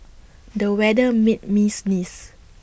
the weather made me sneeze